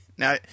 now